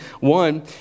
One